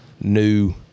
new